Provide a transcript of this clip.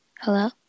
hello